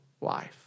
life